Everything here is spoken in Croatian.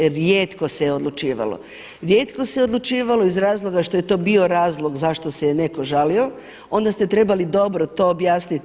Rijetko se odlučivalo, rijetko se odlučivalo iz razloga što je to bio razlog zašto se je neko žalio onda ste trebali dobro to objasniti.